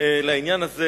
לעניין הזה.